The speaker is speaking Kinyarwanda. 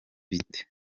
bite